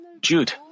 Jude